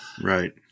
Right